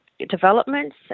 developments